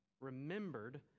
remembered